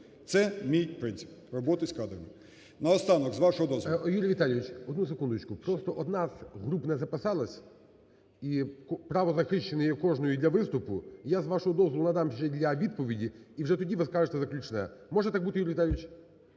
Це мій принцип роботи з кадрами. Наостанок, з вашого дозволу. ГОЛОВУЮЧИЙ. Юрій Віталійович, одну секундочку. Просто одна з груп не записалась, і право захищене є кожної для виступу. Я, з вашого дозволу, надам ще для відповіді – і вже тоді ви заключне. Може так бути, Юрій Віталійович?